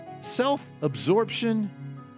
self-absorption